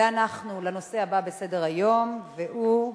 ואנחנו לנושא הבא בסדר-היום, והוא,